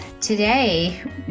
Today